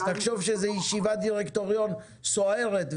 אז תחשוב שזו ישיבת דירקטוריון סוערת,